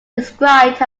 described